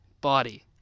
Body